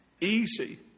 easy